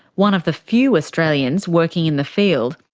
one of the few australians working in the field,